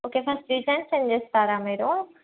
okay first designs send చేస్తారా మీరు